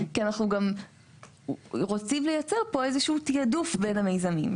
כי אנחנו גם רוצים לייצר פה איזה שהוא תעדוף בין המיזמים.